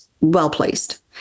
well-placed